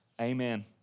amen